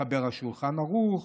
מחבר השולחן ערוך,